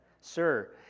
sir